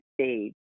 stage